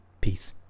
Peace